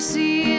see